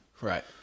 Right